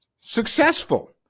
successful